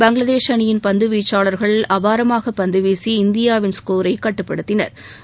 பங்களாதேஷ் அணியின் பந்து வீச்சாளா்கள் அபாரமாக பந்து வீசி இந்தியாவின் ஸ்கோரை கட்டுப்படுத்தினா்